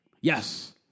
Yes